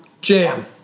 Jam